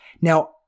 now